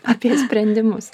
apie sprendimus